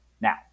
now